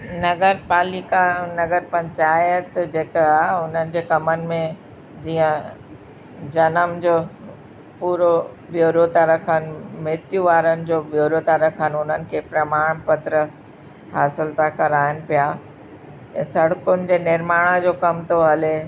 नगर पालिका ऐं नगर पंचायत जेको आहे उन्हनि जे कमनि में जीअं जनम जो पूरो ब्युरो रखनि मृत्यु वारनि जो ब्युरो था रखनि उन्हनि खे प्रमाणपत्र हासिलु था कराइनि पिया ऐं सड़कुनि जे निर्माण जो कमु थो हले